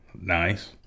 Nice